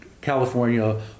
California